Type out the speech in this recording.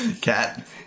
cat